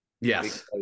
Yes